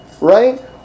right